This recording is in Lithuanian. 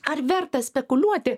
ar verta spekuliuoti